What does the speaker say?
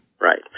Right